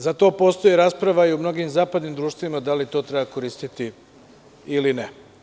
Za to postoji rasprava i u mnogim zapadnim društvima, da li to treba koristiti ili ne.